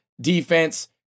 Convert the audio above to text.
defense